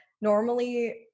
normally